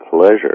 pleasure